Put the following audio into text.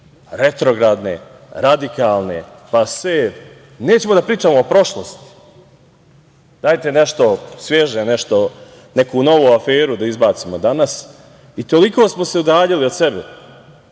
retrogradne, radikalne, pase. Nećemo da pričamo o prošlosti. Dajte nešto sveže nešto neku novu aferu da izbacimo danas. I toliko smo se udaljili od sebe,